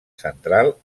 central